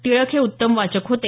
टिळक हे उत्तम वाचक होते